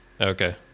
okay